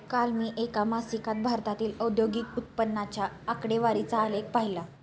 काल मी एका मासिकात भारतातील औद्योगिक उत्पन्नाच्या आकडेवारीचा आलेख पाहीला